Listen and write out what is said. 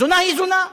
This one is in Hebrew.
זונה היא זונה.